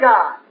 God